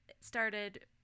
started